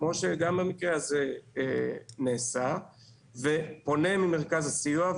כמו שגם במקרה הזה נעשה ופונה ממרכז הסיוע,